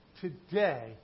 Today